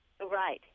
Right